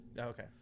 okay